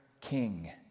king